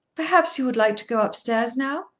perhaps you will like to go upstairs now.